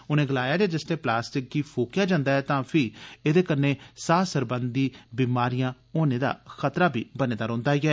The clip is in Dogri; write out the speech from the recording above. उन्ने गलाया जे जिसलै प्लास्टिक गी फूकेया जन्दा ऐ तां फीह एदे कन्नै साह सरबंधी बमारियां होने दा खतरा बदी जन्दा ऐ